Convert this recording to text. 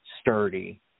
sturdy